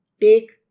take